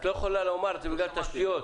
את לא יכולה לומר שזה בגלל תשתיות.